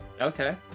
okay